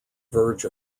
verge